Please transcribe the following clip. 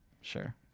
Sure